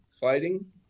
fighting